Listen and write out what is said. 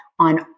on